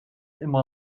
immer